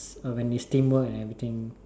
uh when is teamwork and everything